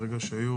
ברגע שהיו